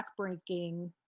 backbreaking